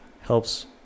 helps